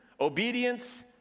obedience